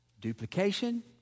Duplication